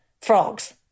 frogs